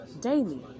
Daily